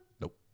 Nope